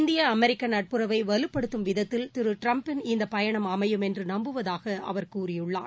இந்திய அமெரிக்க நட்புறவை வலுப்படுத்தும் விதத்தில் திரு ட்டிரம்பின் இந்த பயணம் அமையும் என்று நம்புவதாக அவர் கூறியுள்ளார்